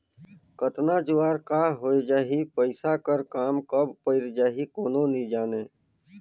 केतना जुवार का होए जाही, पइसा कर काम कब पइर जाही, कोनो नी जानें